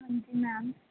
ਹਾਂਜੀ ਮੈਮ